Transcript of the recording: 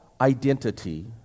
identity